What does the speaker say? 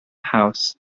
house